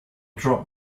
dropped